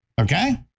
okay